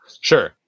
Sure